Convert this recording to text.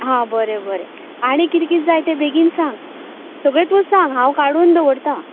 हां बरें बरें आनी कितें कितें जाय तें बेगीन सांग सगळें तूं सांग हांव काडून दवरता